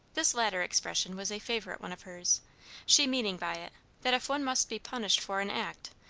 this latter expression was a favorite one of hers she meaning by it, that if one must be punished for an act,